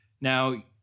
Now